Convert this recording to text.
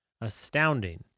Astounding